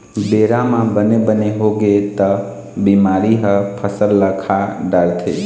बेरा म बने बने होगे त बिमारी ह फसल ल खा डारथे